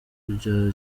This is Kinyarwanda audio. bya